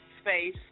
Space